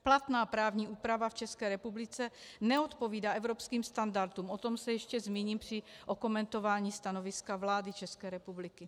Platná právní úprava v České republice neodpovídá evropským standardům, o tom se ještě zmíním při okomentování stanoviska vlády České republiky.